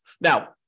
Now